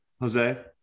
Jose